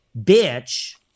bitch